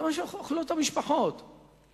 זה מה שהמשפחות אוכלות,